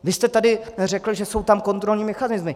Vy jste tady řekl, že jsou tam kontrolní mechanismy.